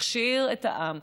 מכשיר את העם,